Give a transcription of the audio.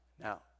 Now